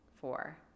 four